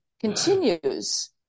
continues